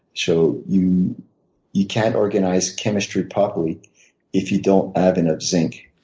so you you can't organize chemistry properly if you don't have enough zinc.